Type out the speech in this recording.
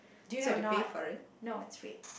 so not no it's free